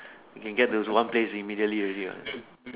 you can get to one place immediately ready ah